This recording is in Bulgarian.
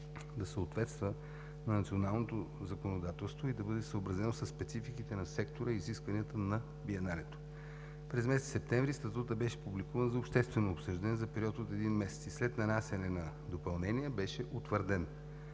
да съответства на националното законодателство и да бъде съобразено със спецификите на сектора и изискванията на Биеналето. През месец септември Статутът беше публикуван за обществено обсъждане за период от един месец и след нанасяне на допълнения беше утвърден.